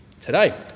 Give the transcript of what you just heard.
today